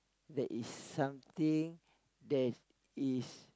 there is something that is